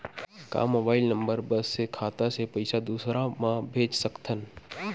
का mobile number बस से खाता से पईसा दूसरा मा भेज सकथन?